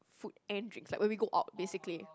food and drinks like when we go out basically